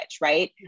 right